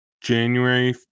January